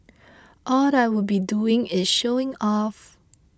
what I would be doing is showing off